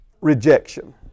Rejection